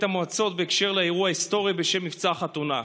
המועצות בהקשר של האירוע ההיסטורי בשם "מבצע חתונה".